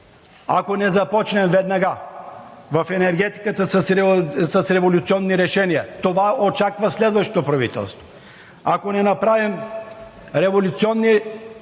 ако не започнем веднага в енергетиката с революционни решения, това очаква следващото правителство. Ако не направим революционни действия